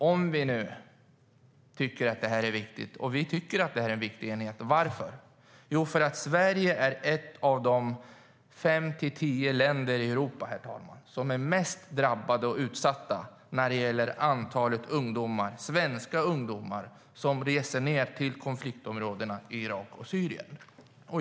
Om vi tycker att det är en viktig enhet, och det tycker vi, är frågan varför. Jo, därför att Sverige är ett av de fem till tio länder i Europa, herr talman, som är mest drabbade och utsatta när det gäller antalet ungdomar, i vårt fall svenska ungdomar, som reser till konfliktområdena i Irak och Syrien.